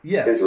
Yes